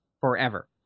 forever